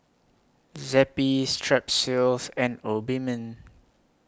Zappy Strepsils and Obimin